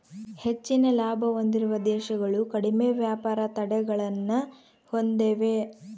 ಹೆಚ್ಚಿನ ಲಾಭ ಹೊಂದಿರುವ ದೇಶಗಳು ಕಡಿಮೆ ವ್ಯಾಪಾರ ತಡೆಗಳನ್ನ ಹೊಂದೆವ